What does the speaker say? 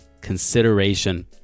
Consideration